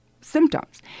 symptoms